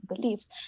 beliefs